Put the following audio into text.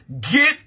Get